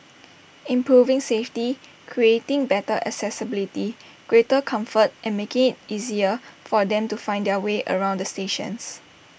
improving safety creating better accessibility greater comfort and making IT easier for them to find their way around the stations